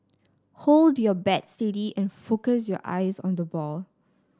hold your bat steady and focus your eyes on the ball